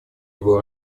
его